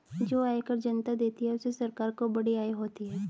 जो आयकर जनता देती है उससे सरकार को बड़ी आय होती है